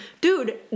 Dude